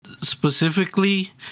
specifically